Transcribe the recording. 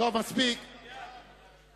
קבוצת סיעת חד"ש,